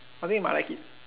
I mean you might like it